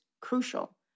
crucial